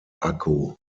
akku